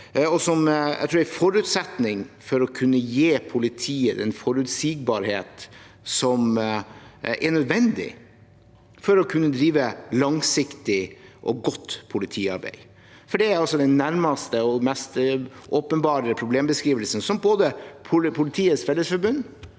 det er en forutsetning for å kunne gi politiet den forutsigbarheten som er nødvendig for å kunne drive langsiktig og godt politiarbeid. Det er den nærmeste og mest åpenbare problembeskrivelsen som både Politiets Fellesforbund